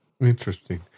Interesting